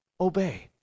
Obey